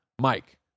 Mike